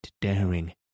daring